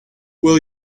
will